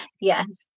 yes